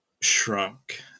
shrunk